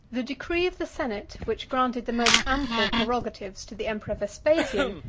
the decree of the senate, which granted the most ample prerogatives to the emperor vespasian,